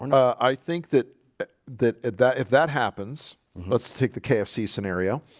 i think that that that if that happens, let's take the kfc scenario